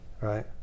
Right